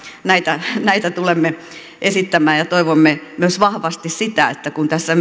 näitä näitä tulemme esittämään ja toivon todella nyt sitä että kun tässä